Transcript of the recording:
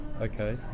Okay